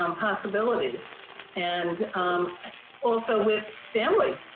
um possibilities and um also with family,